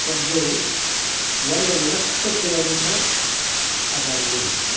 ಒಂದು ಎರಡು ಲಕ್ಷ ಕಿಲೋಮೀಟ್ರ್ ಆ ಗಾಡಿ ಓಡಿತ್ತು